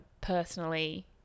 personally